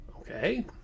okay